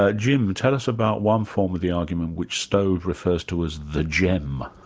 ah jim, tell us about one form of the argument which stove refers to as the gem.